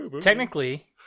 Technically